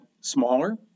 smaller